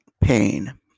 Pain